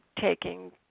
taking